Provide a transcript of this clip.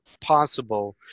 possible